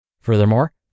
Furthermore